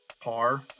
par